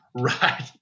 Right